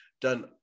done